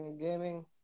Gaming